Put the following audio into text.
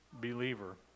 believer